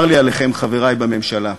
צר לי עליכם, חברי בממשלה.